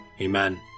Amen